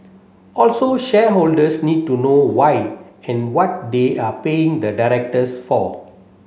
also shareholders need to know why and what they are paying the directors for